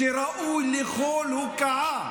שראוי לכל הוקעה,